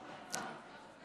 דב חנין.